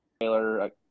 Taylor